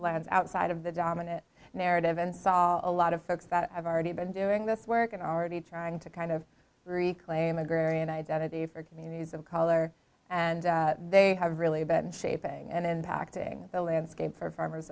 lens outside of the dominant narrative and saw a lot of folks that have already been doing this work and are already trying to kind of reclaim agrarian identity for communities of color and they have really been shaping and in packaging the landscape for farmers